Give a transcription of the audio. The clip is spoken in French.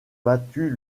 battus